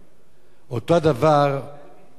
אותו דבר מר דיסקין.